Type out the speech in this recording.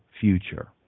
future